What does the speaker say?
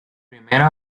primera